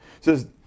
Says